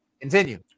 continue